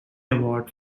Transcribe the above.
award